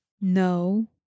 No